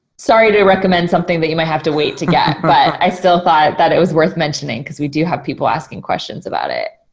sorry to recommend something that you might have to wait to get, but i still thought that it was worth mentioning cause we do have people asking questions about it.